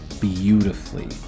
beautifully